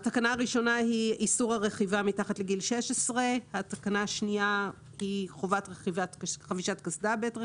התקנה הראשונה היא איסור הרכיבה מתחת לגיל 1. התקנה השנייה היא חובת חבישת קסדה בעת רכיבה.